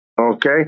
okay